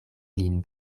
lin